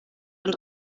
und